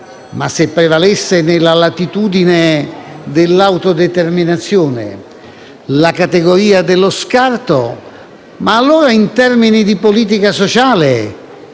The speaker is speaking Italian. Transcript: che se prevalesse, ma nella latitudine dell'autodeterminazione, la categoria dello scarto, allora, in termini di politica sociale,